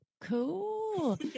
cool